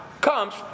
comes